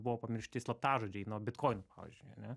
buvo pamiršti slaptažodžiai nuo bitkoinų pavyzdžiui ar ne